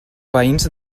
veïns